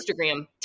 Instagram